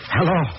Hello